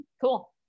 cool